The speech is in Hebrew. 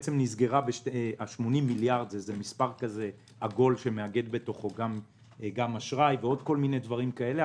80 מיליארד שמאגדים בתוכם גם אשראי וגם דברים כאלה,